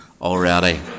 already